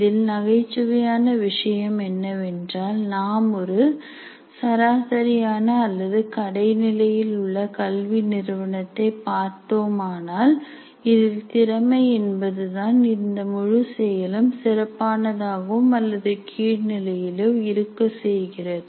இதில் நகைச்சுவையான விஷயம் என்னவென்றால் நாம் ஒரு நல்ல சராசரியான அல்லது கடைநிலையில் உள்ள கல்வி நிறுவனத்தை பார்த்தோமானால் இதில் திறமை என்பது தான் இந்த முழு செயலும் சிறப்பானதாகவும் அல்லது கீழ் நிலையிலோ இருக்க செய்கிறது